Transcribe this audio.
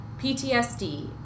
PTSD